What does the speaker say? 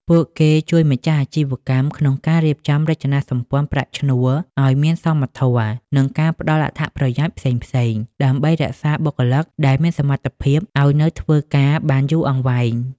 ពួកគេជួយម្ចាស់អាជីវកម្មក្នុងការរៀបចំរចនាសម្ព័ន្ធប្រាក់ឈ្នួលឱ្យមានសមធម៌ និងការផ្ដល់អត្ថប្រយោជន៍ផ្សេងៗ ដើម្បីរក្សាបុគ្គលិកដែលមានសមត្ថភាពឱ្យនៅធ្វើការបានយូរអង្វែង។